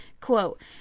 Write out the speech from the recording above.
Quote